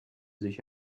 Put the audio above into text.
sich